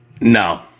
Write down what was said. No